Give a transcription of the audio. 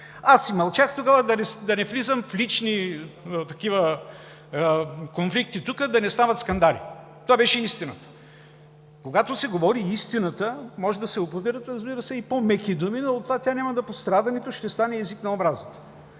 Аз си мълчах тогава, да не влизам в лични конфликти тук, да не стават скандали. Това беше истината. Когато се говори истината, може да се употребяват, разбира се, и по-меки думи, но от това тя няма да пострада, нито ще стане език на омразата.